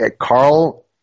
Carl